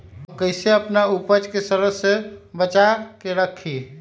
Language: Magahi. हम कईसे अपना उपज के सरद से बचा के रखी?